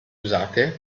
usate